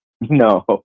No